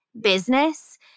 business